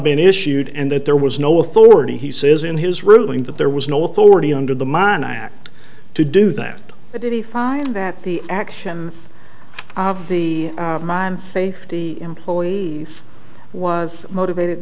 been issued and that there was no authority he says in his ruling that there was no authority under the mine act to do that but did he find that the actions of the mine safety employees was motivated